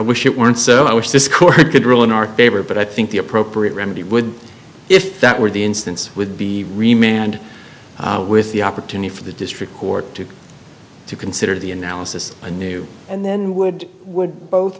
wish it weren't so i wish this court could rule in our favor but i think the appropriate remedy would if that were the instance would be remained with the opportunity for the district court to to consider the analysis a new and then would would both